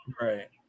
Right